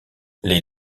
les